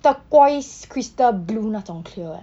turquoise crystal blue 那种 clear eh